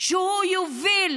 שהוא יוביל